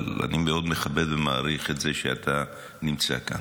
אבל אני מאוד מכבד ומעריך את זה שאתה נמצא כאן.